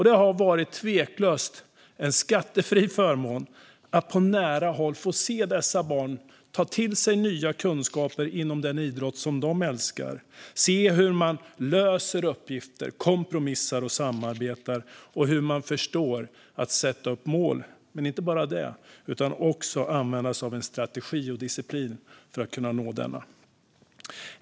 Det har tveklöst varit en skattefri förmån att på nära håll få se dessa barn ta till sig nya kunskaper inom den idrott som de älskar, se hur man löser uppgifter, kompromissar och samarbetar och hur man förstår inte bara att sätta upp mål utan också att använda sig av en strategi och disciplin för att kunna nå målen.